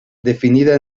definida